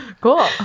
Cool